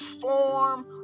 form